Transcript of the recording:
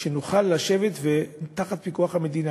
שנוכל לשבת תחת פיקוח המדינה,